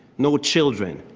no children.